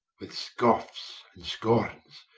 with scoffes and scornes,